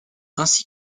ainsi